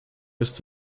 ist